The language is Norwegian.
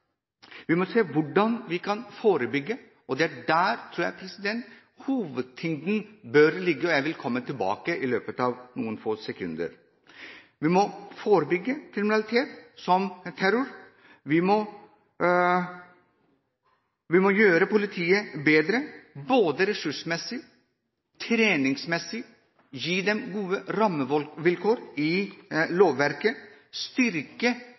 Vi må se hvordan vi kan forebygge, det er der hovedtyngden bør ligge, tror jeg. Jeg vil komme tilbake til det i løpet av noen få sekunder. Vi må forebygge kriminalitet som terror, vi må gjøre politiet bedre, både ressursmessig og treningsmessig, gi dem gode rammevilkår i lovverket, styrke